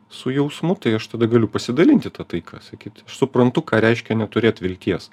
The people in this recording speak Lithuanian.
su jausmu tai aš tada galiu pasidalinti ta taika sakyt aš suprantu ką reiškia neturėt vilties